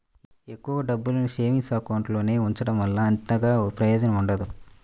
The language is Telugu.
ఎక్కువ డబ్బుల్ని సేవింగ్స్ అకౌంట్ లో ఉంచడం వల్ల అంతగా ప్రయోజనం ఉండదు